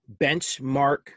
benchmark